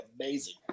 amazing